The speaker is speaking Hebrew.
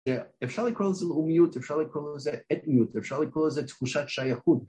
אפשר לקרוא לזה לאומיות, אפשר לקרוא לזה אתניות, אפשר לקרוא לזה תחושת שייכות